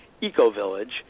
eco-village